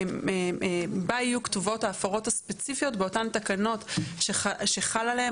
שהיא בה יהיו כתובות ההפרות הספציפיות באותן תקנות שחל עליהם